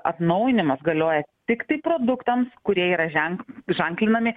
atnaujinimas galioja tiktai produktams kurie yra ženk žanklinami